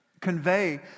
Convey